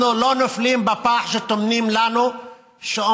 אנחנו לא נופלים בפח שטומנים לנו כשאומרים